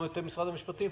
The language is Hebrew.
משרד המשפטים,